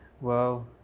Wow